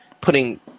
putting